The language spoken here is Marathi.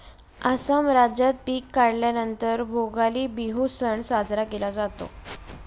आसाम राज्यात पिक काढल्या नंतर भोगाली बिहू सण साजरा केला जातो